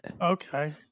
Okay